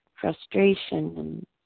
frustration